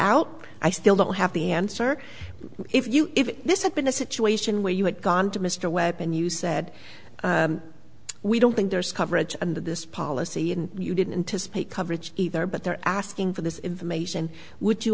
but i still don't have the answer if you if this had been a situation where you had gone to mr webb and you said we don't think there's coverage under this policy and you didn't anticipate coverage either but they're asking for this information would you